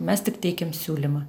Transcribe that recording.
mes tik teikėm siūlymą